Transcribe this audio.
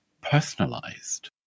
personalized